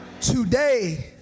Today